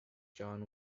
john